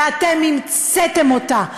ואתם המצאתם אותה,